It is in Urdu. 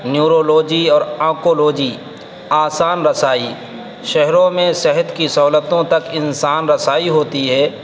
نیورولوجی اور آنکولوجی آسان رسائی شہروں میں صحت کی سہولتوں تک انسان رسائی ہوتی ہے